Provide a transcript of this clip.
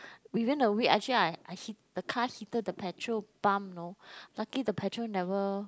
we went away actually I I hit the car hitted the petrol pump know lucky the petrol never